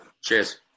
Cheers